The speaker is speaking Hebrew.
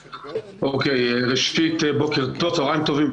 ראשית, צוהריים טובים.